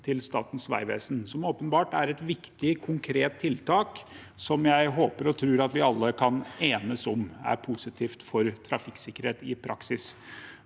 til Statens vegvesen, som åpenbart er et viktig, konkret tiltak som jeg håper og tror vi alle kan enes om er positivt for trafikksikkerhet i praksis.